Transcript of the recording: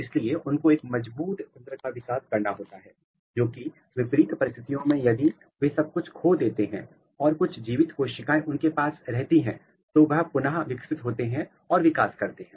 इसलिए उनको एक मजबूत तंत्र का विकास करना होता है जो कि विपरीत परिस्थितियों में यदि वे सब कुछ खो देते हैं और कुछ जीवित कोशिकाएं उनके पास रहती हैं तो वह पुनर विकसित होते हैं और विकास करते हैं